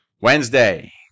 Wednesday